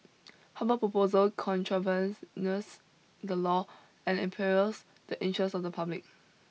Harvard proposal contravene the law and imperils the interest of the public